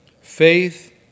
Faith